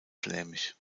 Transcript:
flämisch